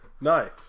No